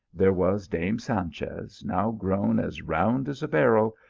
there was dame sanchez now grown as round as a barrel,